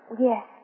Yes